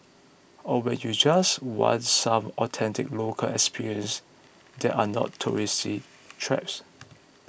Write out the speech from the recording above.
or when you just want some authentic local experiences that are not tourist traps